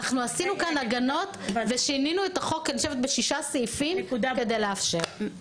עשינו כאן הגנות ושינינו את החוק בשישה סעיפים כדי לאפשר את זה.